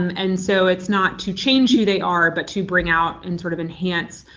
um and so it's not to change who they are, but to bring out and sort of enhance